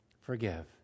forgive